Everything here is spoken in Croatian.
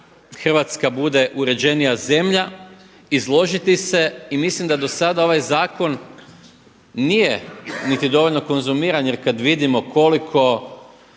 Hrvatska bude uređenija zemlja, izložiti se i mislim da do sada ovaj zakon nije niti dovoljno konzumiran. Jer kad vidimo koliko